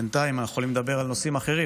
בינתיים אנחנו יכולים לדבר על נושאים אחרים,